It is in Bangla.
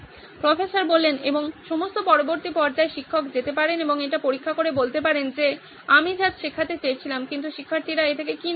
প্রফেসর এবং সম্ভবত পরবর্তী পর্যায়ে শিক্ষক যেতে পারেন এবং এটি পরীক্ষা করে বলতে পারেন যে আমি যা শেখাতে চেয়েছিলাম কিন্তু শিক্ষার্থীরা এ থেকে কী নিয়েছিল